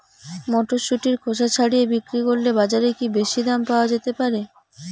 মটরশুটির খোসা ছাড়িয়ে বিক্রি করলে বাজারে কী বেশী দাম পাওয়া যেতে পারে?